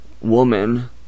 woman